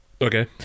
Okay